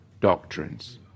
doctrines